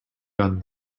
done